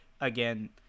again